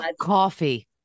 coffee